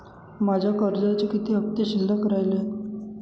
माझ्या कर्जाचे किती हफ्ते शिल्लक राहिले आहेत?